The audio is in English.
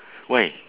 why